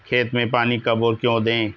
खेत में पानी कब और क्यों दें?